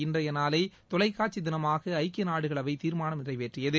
இன்றைய நாளை தொலைக்காட்சி திளமாக ஐக்கிய நாடுகள் அவை தீர்மானம் நிறைவேற்றியது